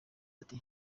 ati